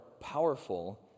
powerful